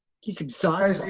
he's exhausted.